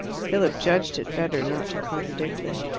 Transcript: philip judged it better not to contradict her.